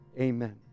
Amen